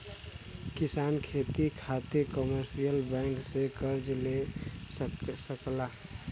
किसान खेती करे खातिर कमर्शियल बैंक से कर्ज ले सकला